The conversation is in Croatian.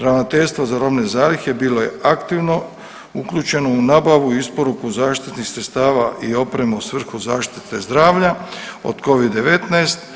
Ravnateljstvo za robne zalihe bilo je aktivno uključeno u nabavu i isporuku zaštitih sredstava i opreme u svrhu zaštite zdravlja od Covid-19.